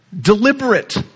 Deliberate